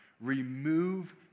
remove